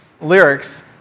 lyrics